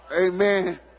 Amen